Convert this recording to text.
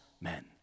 men